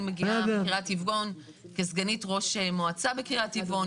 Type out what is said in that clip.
אני מגיעה מקריית טבעון כסגנית ראש מועצה בקריית טבעון,